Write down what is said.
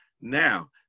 now